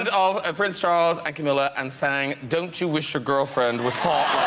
and um ah prince charles and camilla and sang don't you wish your girlfriend was call